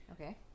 Okay